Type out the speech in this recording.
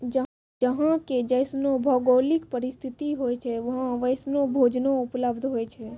जहां के जैसनो भौगोलिक परिस्थिति होय छै वहां वैसनो भोजनो उपलब्ध होय छै